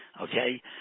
Okay